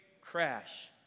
crash